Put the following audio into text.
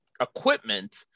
equipment